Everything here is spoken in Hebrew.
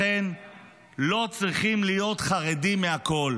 לכן לא צריכים להיות חרדים מהכול,